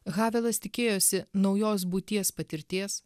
havelas tikėjosi naujos būties patirties